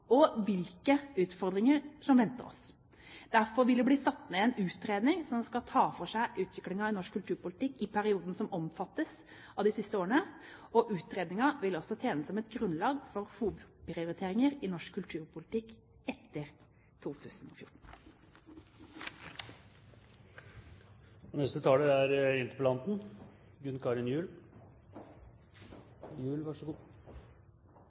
og hvilke utfordringer som venter oss. Derfor vil det bli gjennomført en utredning som skal ta for seg utviklingen i norsk kulturpolitikk i perioden som omfattes av de siste årene. Utredningen vil også tjene som et grunnlag for hovedprioriteringer i norsk kulturpolitikk etter 2014.